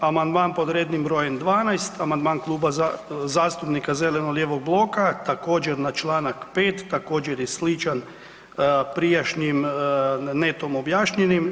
Amandman pod rednim br. 12, amandman Kluba zastupnika zeleno-lijevog bloka također, na čl. 5. također je sličan prijašnjim netom objašnjenim.